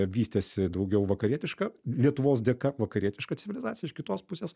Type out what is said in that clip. vystėsi daugiau vakarietiška lietuvos dėka vakarietiška civilizacija iš kitos pusės